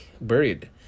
buried